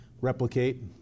replicate